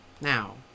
Now